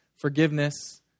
forgiveness